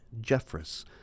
Jeffress